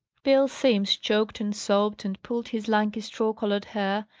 bill simms choked and sobbed, and pulled his lanky straw-coloured hair,